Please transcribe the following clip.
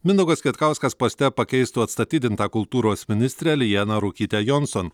mindaugas kvietkauskas poste pakeistų atstatydintą kultūros ministrę lianą ruokytę jonson